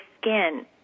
skin